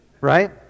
Right